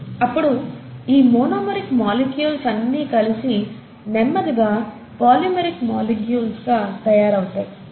అప్పుడు ఈ monomeric molecules అన్ని కలిసి నెమ్మదిగా పొలిమేరిక్ మాలిక్యూల్స్ గా తయారవుతాయి